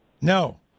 no